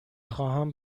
خواهم